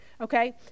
Okay